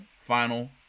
final